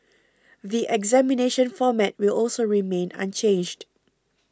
the examination format will also remain unchanged